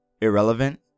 irrelevant